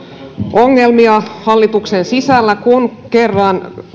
ongelmia hallituksen sisällä kun kerran